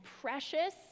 precious